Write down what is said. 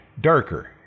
darker